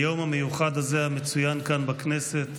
היום המיוחד הזה המצוין כאן בכנסת,